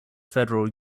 federal